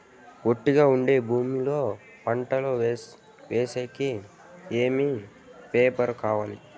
ఒట్టుగా ఉండే భూమి లో పంట వేసేకి ఏమేమి పేపర్లు కావాలి?